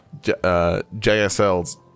JSLs